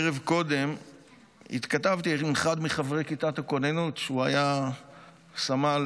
ערב קודם התכתבתי עם אחד מחברי כיתת הכוננות שהיה סמל